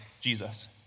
Jesus